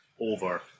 over